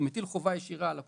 הוא מטיל חובה ישירה על הקופה,